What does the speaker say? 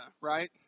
right